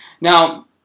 Now